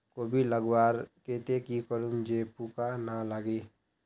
कोबी लगवार केते की करूम जे पूका ना लागे?